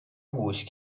گوش